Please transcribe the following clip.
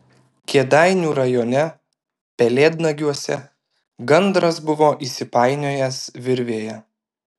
kėdainių rajone pelėdnagiuose gandras buvo įsipainiojęs virvėje